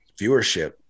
viewership